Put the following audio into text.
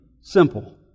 simple